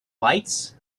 lights